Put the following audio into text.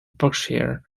berkshire